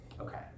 Okay